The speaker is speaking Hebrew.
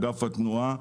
אגף התנועה,